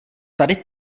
tady